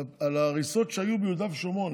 על ההריסות שהיו ביהודה ושומרון,